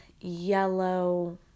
yellow